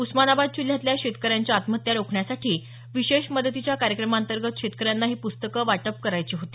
उस्मानाबाद जिल्ह्यातल्या शेतकऱ्यांच्या आत्महत्या रोखण्यासाठी विशेष मदतीच्या कार्यक्रमातगंत शेतकऱ्यांना ही पुस्तके वाटप करायची होती